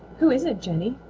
who is it, jenny?